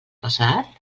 passat